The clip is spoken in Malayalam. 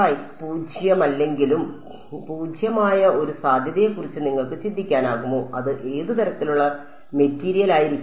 ഫൈ പൂജ്യമല്ലെങ്കിലും പൂജ്യമായ ഒരു സാധ്യതയെക്കുറിച്ച് നിങ്ങൾക്ക് ചിന്തിക്കാനാകുമോ അത് ഏത് തരത്തിലുള്ള മെറ്റീരിയലായിരിക്കും